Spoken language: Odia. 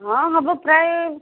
ହଁ ହେବ ପ୍ରାଏ